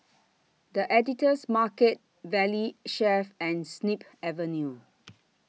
The Editor's Market Valley Chef and Snip Avenue